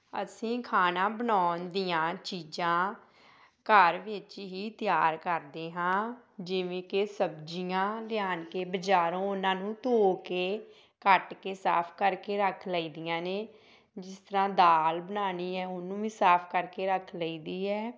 ਅਸੀਂ ਖਾਣਾ ਬਣਾਉਣ ਦੀਆਂ ਚੀਜ਼ਾਂ ਘਰ ਵਿੱਚ ਹੀ ਤਿਆਰ ਕਰਦੇ ਹਾਂ ਜਿਵੇਂ ਕਿ ਸਬਜ਼ੀਆਂ ਲਿਆ ਕੇ ਬਾਜ਼ਾਰੋਂ ਉਹਨਾਂ ਨੂੰ ਧੋ ਕੇ ਕੱਟ ਕੇ ਸਾਫ਼ ਕਰਕੇ ਰੱਖ ਲਈ ਦੀਆਂ ਨੇ ਜਿਸ ਤਰ੍ਹਾਂ ਦਾਲ ਬਣਾਉਣੀ ਹੈ ਉਹਨੂੰ ਵੀ ਸਾਫ਼ ਕਰਕੇ ਰੱਖ ਲਈ ਦੀ ਹੈ